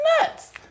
nuts